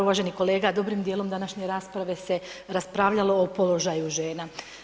Uvaženi kolega, dobrim dijelom današnje rasprave se raspravljalo o položaju žena.